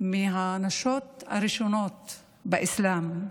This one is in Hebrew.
מהנשים הראשונות באסלאם.